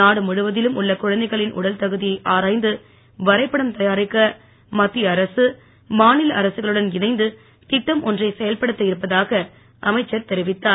நாடு முழுவதிலும் உள்ள குழந்தைகளின் உடல் தகுதியை ஆராய்ந்து வரைபடம் தயாரிக்க மத்திய அரசு மாநில அரசுகளுடன் இணைந்து திட்டம் ஒன்றை செயல்படுத்த இருப்பதாக அமைச்சர் தெரிவித்தார்